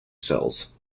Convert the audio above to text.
cells